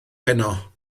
heno